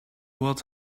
world